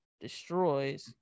destroys